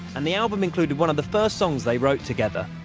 and the album included one of the first songs they wrote together,